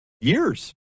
years